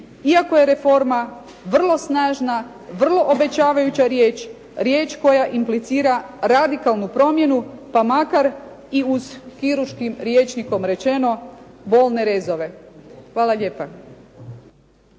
iako je reforma vrlo snažna, vrlo obećavajuća riječ, riječ koja implicira radikalnu promjenu pa makar i uz, kirurškim rječnikom rečeno, bolne rezove. Hvala lijepa.